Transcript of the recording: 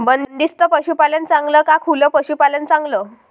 बंदिस्त पशूपालन चांगलं का खुलं पशूपालन चांगलं?